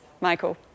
Michael